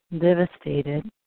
Devastated